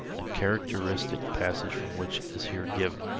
a characteristic passage from which is here given